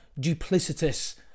duplicitous